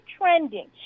trending